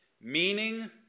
Meaning